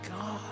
God